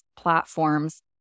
platforms